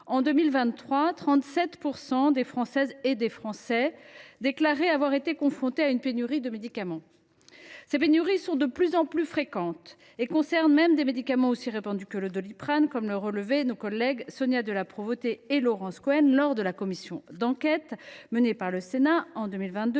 En 2023, 37 % des Françaises et des Français déclaraient avoir été confrontés à une pénurie de médicaments. Ces pénuries sont de plus en plus fréquentes et concernent même des médicaments aussi répandus que le Doliprane, comme l’ont relevé nos collègues Sonia de La Provôté et Laurence Cohen lors des travaux de la commission d’enquête sénatoriale sur